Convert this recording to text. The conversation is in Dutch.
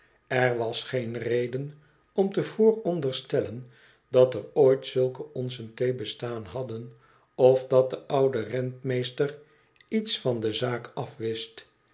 er was geen reden om te vooronderstellen dat er ooit zulke onsen thee bestaan hadden of dat de oude rentmeester iets van de zaak af